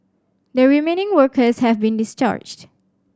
the remaining workers have been discharged